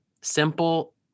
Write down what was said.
simple